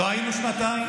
לא היינו שנתיים.